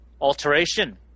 Alteration